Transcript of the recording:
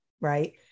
right